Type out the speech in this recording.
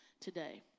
today